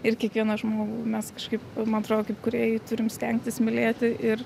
ir kiekvieną žmogų mes kažkaip man atrodo kaip kūrėjai turim stengtis mylėti ir